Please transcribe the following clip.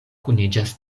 kuniĝas